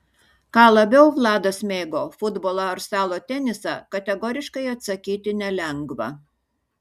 ką labiau vladas mėgo futbolą ar stalo tenisą kategoriškai atsakyti nelengva